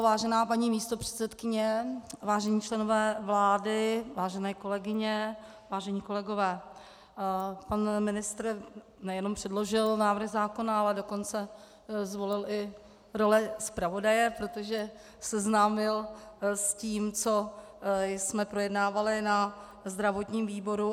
Vážená paní místopředsedkyně, vážení členové vlády, vážené kolegyně, vážení kolegové, pan ministr nejenom předložil návrh zákona, ale dokonce zvolil i roli zpravodaje, protože seznámil s tím, co jsme projednávali na zdravotním výboru.